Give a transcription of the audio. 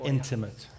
intimate